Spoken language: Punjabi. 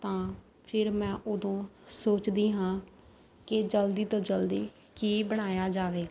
ਤਾਂ ਫਿਰ ਮੈਂ ਉਦੋਂ ਸੋਚਦੀ ਹਾਂ ਕਿ ਜਲਦੀ ਤੋਂ ਜਲਦੀ ਕੀ ਬਣਾਇਆ ਜਾਵੇ